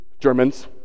Germans